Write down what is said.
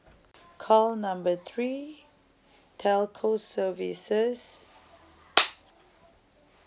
call number three telco services